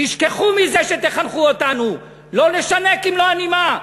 תשכחו מזה שתחנכו אותנו, לא נשנה כמלוא הנימה.